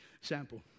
sample